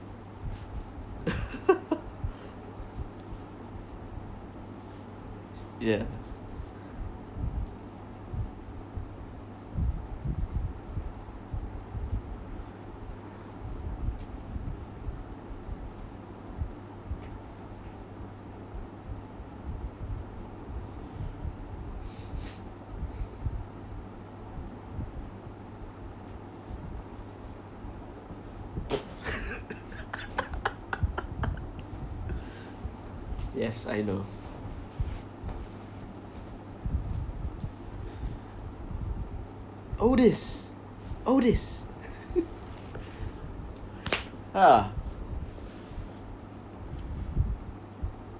ya yes I know otis otis !huh!